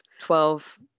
Twelve